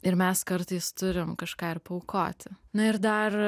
ir mes kartais turim kažką ir paaukoti na ir dar